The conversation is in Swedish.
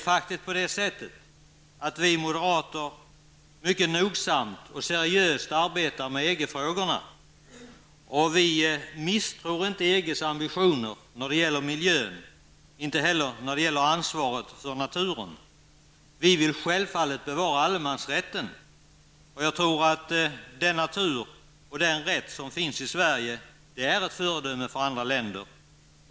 Vi moderater arbetar mycket nogsamt och seriöst med EG-frågorna. Vi misstror inte EGs ambitioner när det gäller miljön och inte heller när det gäller ansvaret för naturen. Vi vill självfallet bevara allemansrätten. Jag tror att den natur och den allemansrätt som finns i Sverige är ett föredöme för andra länder.